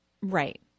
Right